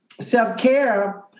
self-care